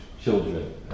children